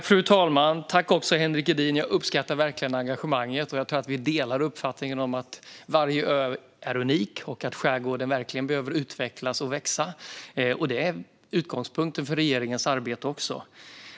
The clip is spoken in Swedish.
Fru talman! Tack, Henrik Edin! Jag uppskattar verkligen engagemanget, och jag tror att vi delar uppfattningen att varje ö är unik och att skärgården verkligen behöver utvecklas och växa. Det är också utgångspunkten för regeringens arbete.